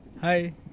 Hi